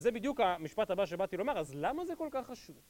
זה בדיוק המשפט הבא שבאתי לומר, אז למה זה כל כך חשוב?